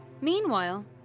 Meanwhile